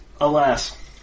Alas